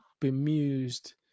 bemused